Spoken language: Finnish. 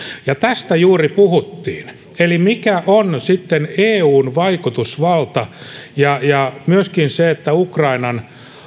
ja tästä juuri puhuttiin eli mikä on sitten eun vaikutusvalta ja ja myöskin että ukrainan